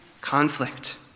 conflict